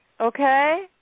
Okay